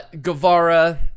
Guevara